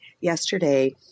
yesterday